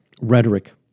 rhetoric